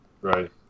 Right